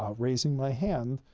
ah raising my hand,